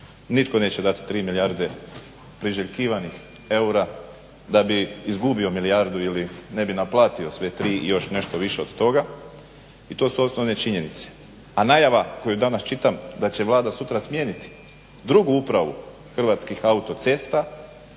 Nitko neće dati 3 milijarde priželjkivanih eura da bi izgubio milijardu ili ne bi naplatio sve tri i još nešto više od toga i to su osnovne činjenice. A najava koju čitam da će Vlada sutra smijeniti drugu upravu Hrvatskih autocesta